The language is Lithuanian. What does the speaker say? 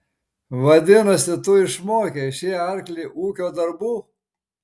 vadinasi tu išmokei šį arklį ūkio darbų